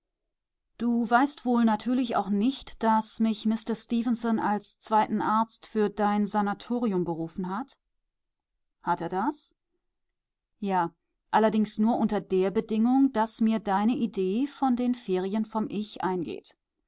du weißt wohl natürlich auch nicht daß mich mister stefenson als zweiten arzt für dein sanatorium berufen hat hat er das ja allerdings nur unter der bedingung daß mir deine idee von den ferien vom ich eingeht